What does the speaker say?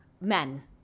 Men